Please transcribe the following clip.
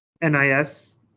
NIS